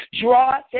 draw